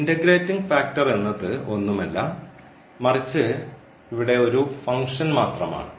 integrating factor എന്നത് ഒന്നുമല്ല മറിച്ച് ഇവിടെ ഒരു ഫംഗ്ഷൻ മാത്രമാണ്